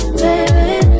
baby